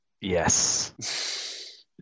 yes